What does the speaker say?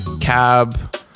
cab